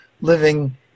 living